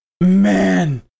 Man